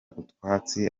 utwatsi